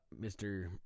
Mr. –